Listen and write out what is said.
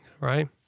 Right